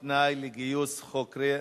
(איסור שימוש בטלפון ציבורי לביצוע דבר עבירה),